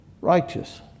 Righteous